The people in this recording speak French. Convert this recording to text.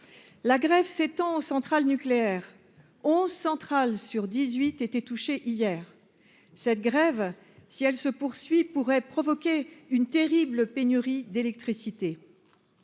la grève s'étend aux centrales nucléaires 11 central sur 18 été touchés hier, cette grève, si elle se poursuit, pourrait provoquer une terrible pénurie d'électricité